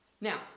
Now